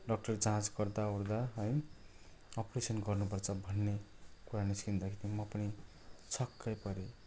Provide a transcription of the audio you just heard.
doctor जाँच गर्दा ओर्दा है अप्रेसन् गर्न पर्छ भन्ने कुरा निस्किँदा म पनि छक्कै परेँ